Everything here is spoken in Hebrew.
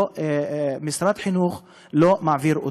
משרד החינוך לא מעביר אותם.